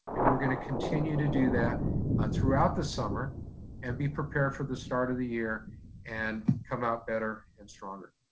and we're gonna continue to do that ah throughout the summer and be prepared for the start of the year and come out better and stronger.